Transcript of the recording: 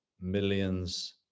millions